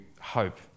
hope